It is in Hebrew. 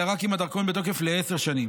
אלא רק אם הדרכון בתוקף לעשר שנים,